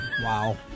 Wow